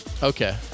Okay